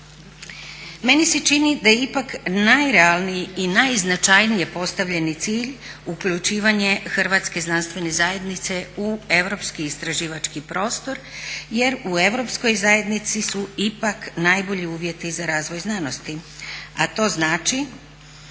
Meni se čini da ipak najrealniji i najznačajnije postavljeni cilj uključivanje Hrvatske znanstvene zajednice u europski istraživački prostor jer u Europskoj zajednici su ipak najbolji uvjeti za razvoj znanosti. A to znači